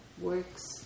works